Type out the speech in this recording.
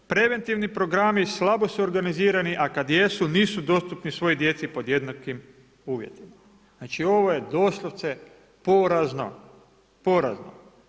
Preventivni programi slabo su organizirani a kad i jesu, nisu dostupni svoj djeci pod jednakim uvjetima.“ Znači ovo je doslovce porazno, porazno.